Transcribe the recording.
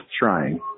trying